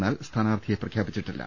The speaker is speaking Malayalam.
എന്നാൽ സ്ഥാനാർത്ഥിയെ പ്രഖ്യാപിച്ചിട്ടില്ല